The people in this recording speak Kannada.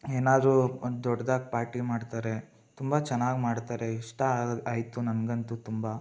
ಏನಾದ್ರು ಒಂದು ದೊಡ್ದಾಗಿ ಪಾರ್ಟಿ ಮಾಡ್ತಾರೆ ತುಂಬ ಚೆನ್ನಾಗಿ ಮಾಡ್ತಾರೆ ಇಷ್ಟ ಅ ಆಯ್ತು ನನಗಂತೂ ತುಂಬ